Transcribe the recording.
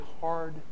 hard